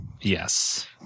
yes